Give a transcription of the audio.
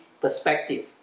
perspective